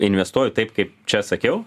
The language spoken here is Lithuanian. investuoju taip kaip čia sakiau